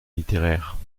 littéraire